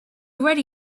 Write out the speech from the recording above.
already